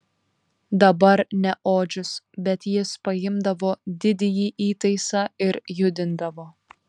dabar ne odžius bet jis paimdavo didįjį įtaisą ir judindavo